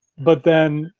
but then,